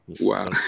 Wow